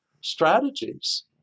strategies